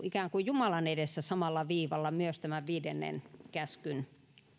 ikään kuin jumalan edessä samalla viivalla myös tämän viidennen käskyn